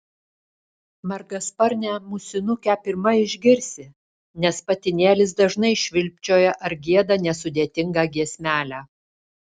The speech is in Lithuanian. margasparnę musinukę pirma išgirsi nes patinėlis dažnai švilpčioja ar gieda nesudėtingą giesmelę